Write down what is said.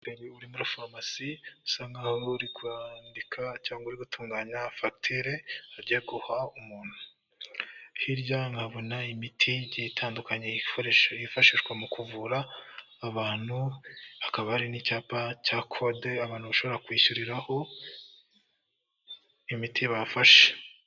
Umuntu uri muri farumasi usa nkaho uri kwandika cyangwa uri gutunganya fagitire agiye guha umuntu, hirya nkahabona imiti igiye itandukanye yifashishwa mu kuvura abantu, hakaba hari n'icyapa cya kode abantu bashobora kwishyuriraho imiti bafashe.